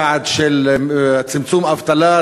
יעד של צמצום אבטלה,